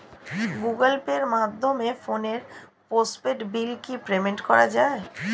Google Pay মাধ্যমে ফোনের postpaid bill কি পেমেন্ট করা যায়?